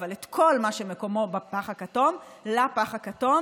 אבל את כל מה שמקומו בפח הכתום לפח הכתום.